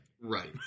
Right